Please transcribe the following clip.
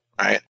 right